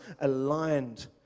aligned